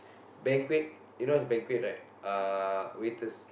banquet you know what's banquet right uh waiters